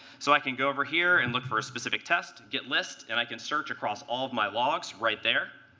so i can go over here and look for a specific test getlist and i can search across all of my logs right there.